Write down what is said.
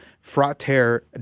frater